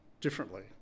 differently